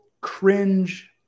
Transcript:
cringe